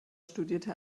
studierte